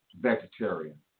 vegetarian